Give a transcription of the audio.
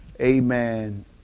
amen